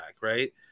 right